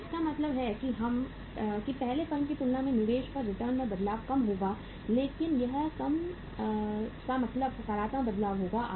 तो इसका मतलब है कि पहले फर्म की तुलना में निवेश पर रिटर्न में बदलाव कम होगा लेकिन यह कम का मतलब सकारात्मक बदलाव होगा